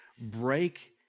Break